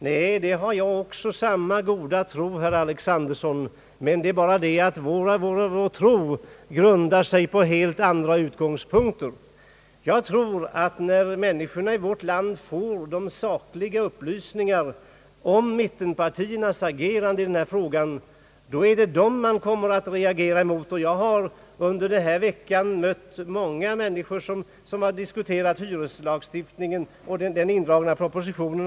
Nej, jag har också samma goda tro, herr Alexanderson, men vår tro grundar sig på helt olika utgångspunkter. Jag tror att när människorna i vårt land får sakliga upplysningar om mittenpartiernas agerande i denna fråga, då är det dem man kommer att reagera emot. Jag har under denna vecka mött många människor som diskuterat hyreslagstiftningen och den indragna propositionen.